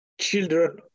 children